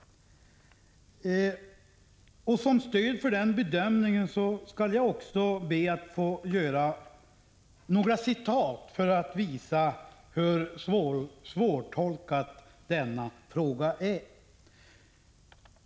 Som stöd för den bedömningen skall jag be att få anföra några citat — för att visa hur svårtolkad denna fråga är.